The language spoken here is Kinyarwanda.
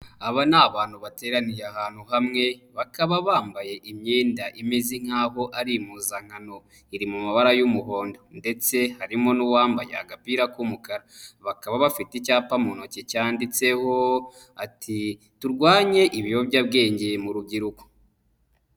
Aba ni abantu bateraniye ahantu hamwe, bakaba bambaye imyenda imeze nkaho ari impuzankano. Iri mu mabara y'umuhondo ndetse harimo n'uwambaye agapira k'umukara. Bakaba bafite icyapa mu ntoki cyanditseho ati"turwanye ibiyobyabwenge mu rubyiruko".